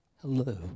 Hello